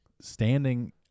Standing